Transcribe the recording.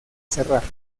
cerrar